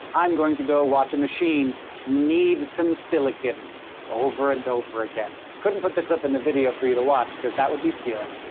i'm going to go watch a machine knead some silicone, just over and over again. couldn't put the clip in the video for you to watch, because that would be stealing.